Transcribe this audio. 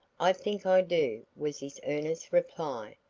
i think i do, was his earnest reply.